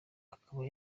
akaba